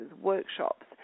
workshops